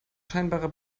scheinbare